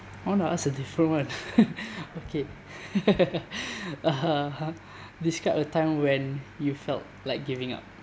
I want to ask a different one okay uh describe a time when you felt like giving up